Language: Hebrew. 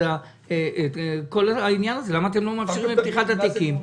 אתם אלה שלא מאפשרים את פתיחת התיקים.